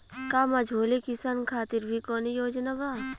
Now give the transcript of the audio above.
का मझोले किसान खातिर भी कौनो योजना बा?